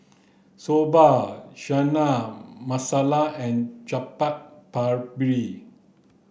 Soba Chana Masala and Chaat Papri